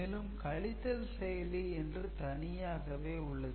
மேலும் கழித்தல் செயலி என்று தனியாகவே உள்ளது